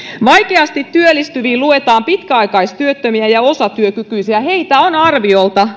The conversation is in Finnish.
vaikeasti työllistyviin luetaan pitkäaikaistyöttömiä ja osatyökykyisiä heitä on arviolta